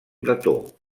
bretó